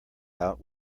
out